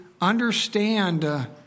understand